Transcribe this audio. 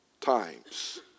times